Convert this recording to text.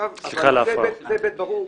זה היבט ברור,